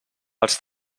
els